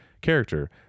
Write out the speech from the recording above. character